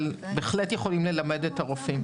אבל בהחלט יכולים ללמד את הרופאים.